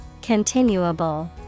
Continuable